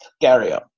carrier